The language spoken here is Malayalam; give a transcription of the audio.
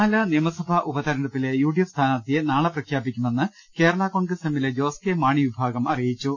പാലാ നിയമസഭാ ഉപതിരഞ്ഞെടുപ്പിലെ യുഡി എഫ് സ്ഥാനാർത്ഥിയെ നാളെ പ്രഖ്യാപിക്കുമെന്ന് കേരളാ കോൺഗ്രസ് എമ്മിലെ ജോസ് കെ മാണി വിഭാഗം അറിയിച്ചു